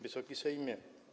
Wysoki Sejmie!